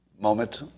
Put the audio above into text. moment